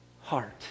heart